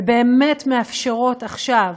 ובאמת מאפשרות עכשיו,